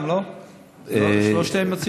שלוש המציעות?